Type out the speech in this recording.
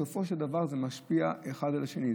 בסופו של דבר זה משפיע אחד על השני.